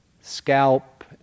scalp